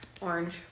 Orange